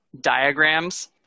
diagrams